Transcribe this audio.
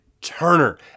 Turner